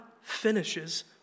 finishes